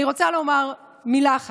אני רוצה לומר מילה אחת.